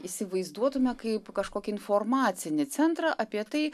įsivaizduotume kaip kažkokį informacinį centrą apie tai